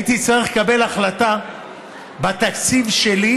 הייתי צריך לקבל החלטה את מה אני חותך בתקציב שלי.